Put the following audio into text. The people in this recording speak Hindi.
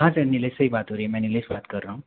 हाँ सर नीलेश से ही बात हो रही है मैं नीलेश बात कर रहा हूँ